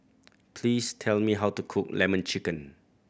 please tell me how to cook Lemon Chicken